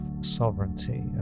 sovereignty